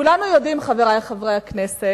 כולנו יודעים, חברי הכנסת,